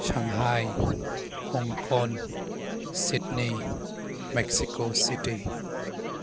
Shanghai Hong Kong Sydney Mexico city